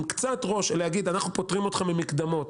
עם קצת יותר מחשבה יכולתם לפטור אותם ממקדמות.